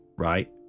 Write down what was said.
right